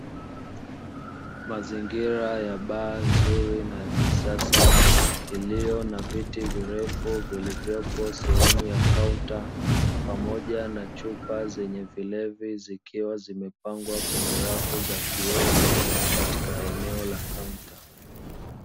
Mazingira ya baa nzuri na ya kisasa iliyo na viti virefu vilivyopo sehemu ya kaunta pamoja na chupa zenye vilevi, zikiwa zimepangwa kwenye rafu za kioo katika eneo la kaunta.